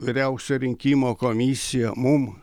vyriausioji rinkimų komisija mum